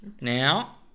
Now